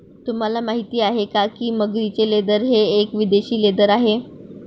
तुम्हाला माहिती आहे का की मगरीचे लेदर हे एक विदेशी लेदर आहे